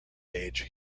age